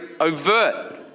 overt